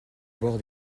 bord